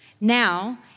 Now